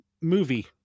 movie